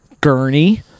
gurney